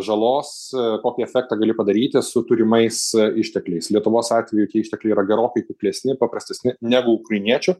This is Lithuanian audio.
žalos kokį efektą gali padaryti su turimais ištekliais lietuvos atveju tie ištekliai yra gerokai kuklesni paprastesni negu ukrainiečių